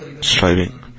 striving